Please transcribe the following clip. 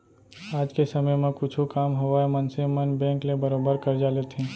आज के समे म कुछु काम होवय मनसे मन बेंक ले बरोबर करजा लेथें